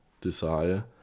desire